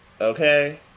Okay